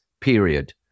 period